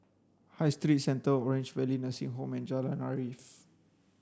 High Street Centre Orange Valley Nursing Home and Jalan Arif